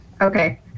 Okay